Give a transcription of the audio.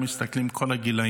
אם מסתכלים על כל הגילאים.